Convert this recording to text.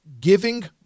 Giving